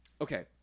okay